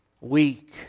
weak